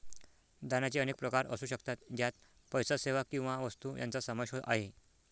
दानाचे अनेक प्रकार असू शकतात, ज्यात पैसा, सेवा किंवा वस्तू यांचा समावेश आहे